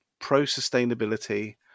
pro-sustainability